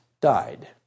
died